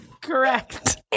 Correct